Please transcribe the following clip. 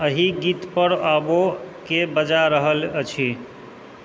एहि गीत पर ओबो के बजा रहल अछि